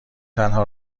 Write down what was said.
تنها